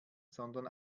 sondern